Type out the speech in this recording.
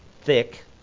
thick